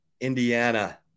Indiana